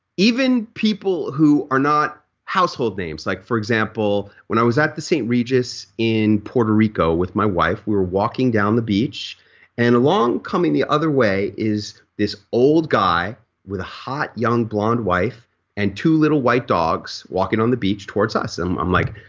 even people who are not household names, like for example when i was at the st regis in puerto rico with my wife we were walking down the beach and along coming the other way is this old guy with a hot young blonde wife and two little white dogs walking on the beach towards us. i'm i'm like,